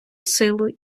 силу